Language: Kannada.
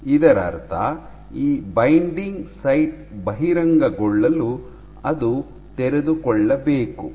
ಇದರರ್ಥ ಈ ಬೈಂಡಿಂಗ್ ಸೈಟ್ ಬಹಿರಂಗಗೊಳ್ಳಲು ಅದು ತೆರೆದುಕೊಳ್ಳಬೇಕು